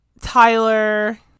Tyler